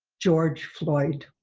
george floyd.